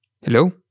Hello